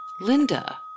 Linda